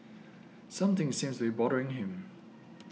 something seems be bothering him